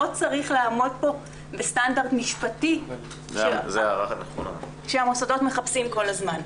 לא צריך לעמוד פה בסטנדרט משפטי שהמוסדות מחפשים כל הזמן.